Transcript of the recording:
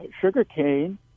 Sugarcane